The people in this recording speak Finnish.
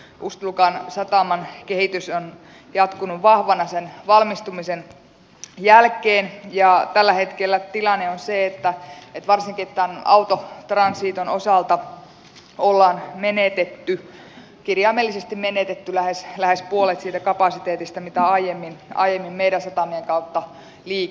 ust lugan sataman kehitys on jatkunut vahvana sen valmistumisen jälkeen ja tällä hetkellä tilanne on se että varsinkin tämän autotransiton osalta on kirjaimellisesti menetetty lähes puolet siitä kapasiteetista mitä aiemmin meidän satamien kautta liikkui